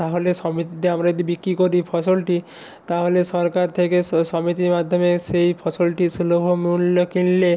তাহলে সমিতিতে আমরা যদি বিক্রি করি ফসলটি তাহলে সরকার থেকে সমিতির মাধ্যমে সেই ফসলটির সুলভ মূল্য কিনলে